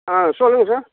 ஆ சொல்லுங்க சார்